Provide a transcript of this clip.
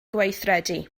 gweithredu